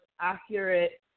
accurate